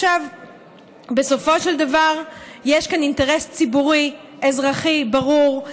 בסופו של דבר יש כאן אינטרס ציבורי-אזרחי ברור.